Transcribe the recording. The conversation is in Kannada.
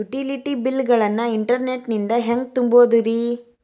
ಯುಟಿಲಿಟಿ ಬಿಲ್ ಗಳನ್ನ ಇಂಟರ್ನೆಟ್ ನಿಂದ ಹೆಂಗ್ ತುಂಬೋದುರಿ?